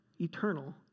eternal